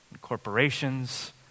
Corporations